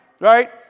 Right